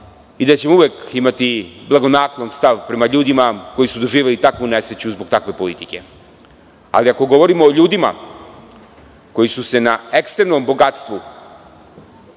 i da ćemo uvek imati blagonaklon stav prema ljudima koji su doživeli takvu nesreću zbog takve politike. Ali, ako govorimo o ljudima koji su na ekstremnom bogatstvu